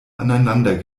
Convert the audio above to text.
aneinander